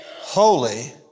holy